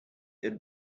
had